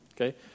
okay